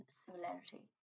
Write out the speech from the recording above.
similarity